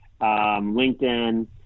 LinkedIn